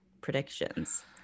predictions